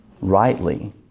rightly